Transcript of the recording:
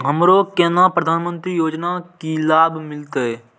हमरो केना प्रधानमंत्री योजना की लाभ मिलते?